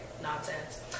nonsense